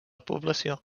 població